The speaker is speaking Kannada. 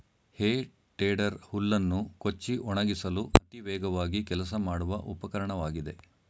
ಹೇ ಟೇಡರ್ ಹುಲ್ಲನ್ನು ಕೊಚ್ಚಿ ಒಣಗಿಸಲು ಅತಿ ವೇಗವಾಗಿ ಕೆಲಸ ಮಾಡುವ ಉಪಕರಣವಾಗಿದೆ